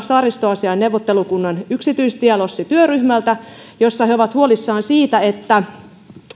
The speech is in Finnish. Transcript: saaristoasiain neuvottelukunnan yksityistielossityöryhmältä postia jossa he ovat huolissaan siitä että